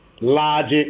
logic